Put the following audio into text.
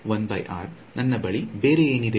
1 R ನನ್ನ ಬಳಿ ಬೇರೆ ಏನು ಇದೆ